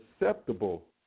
acceptable